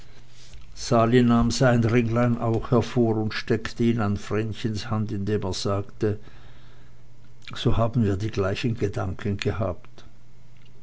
nahm sein ringlein auch hervor und steckte ihn an vrenchens hand indem er sagte so haben wir die gleichen gedanken gehabt